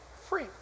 free